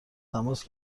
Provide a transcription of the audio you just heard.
تماس